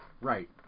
Right